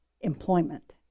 employment